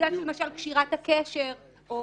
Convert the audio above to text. לא בגלל שזה אזרחים ישראלים אלא בגלל קשירת הקשר או